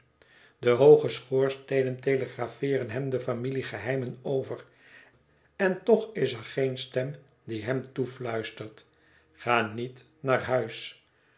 de hooge schoorsteenen telegrapheeren hem de familiegeheimen over en toch is er geen stem die hem toefluistert ga niet naar huis